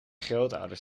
grootouders